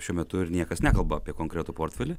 šiuo metu ir niekas nekalba apie konkretų portfelį